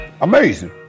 Amazing